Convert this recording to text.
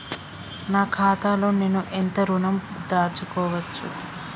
నా ఖాతాలో నేను ఎంత ఋణం దాచుకోవచ్చు?